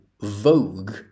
Vogue